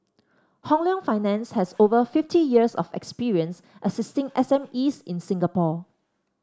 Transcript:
Hong Leong Finance has over fifty years of experience assisting SMEs in Singapore